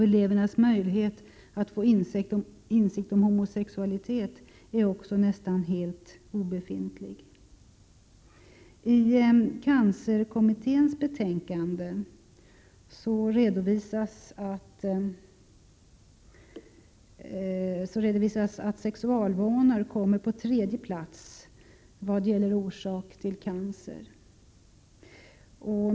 Elevernas möjlighet att få insikt om homosexualitet är också nästan helt obefintlig. I cancerkommitténs betänkande redovisas att sexualvanorna kommer på tredje plats när det gäller orsaken till cancer.